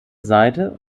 seite